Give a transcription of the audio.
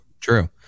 true